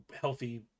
healthy